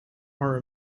are